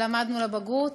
שלמדנו לבגרות,